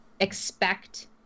expect